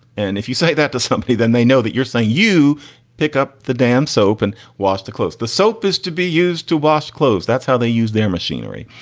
and if you say that to somebody, then they know that you're saying you pick up the damn soap and wash the clothes the soap is to be used to wash clothes. that's how they use their machinery.